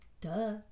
duh